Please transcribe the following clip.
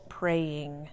praying